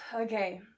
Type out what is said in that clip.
Okay